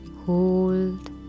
hold